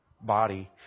body